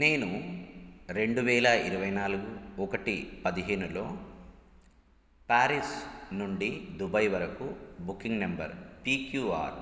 నేను రెండువేల ఇరవై నాలుగు ఒకటి పదిహేనులో ప్యారిస్ నుండి దుబాయ్ వరకు booking number P Q are